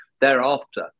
Thereafter